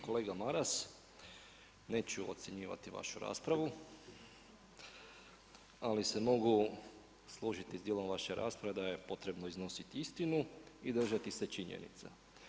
Kolega Maras, neću ocjenjivati vašu raspravu, ali se mogu složiti sa dijelom vaše rasprave da je potrebno iznositi istinu i držati se činjenice.